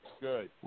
Good